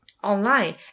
online